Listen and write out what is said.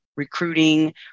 recruiting